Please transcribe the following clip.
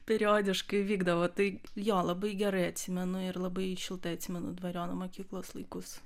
periodiškai vykdavo tai jo labai gerai atsimenu ir labai šiltai atsimenu dvariono mokyklos laikus